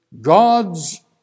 God's